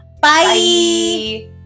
bye